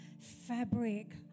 fabric